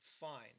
fine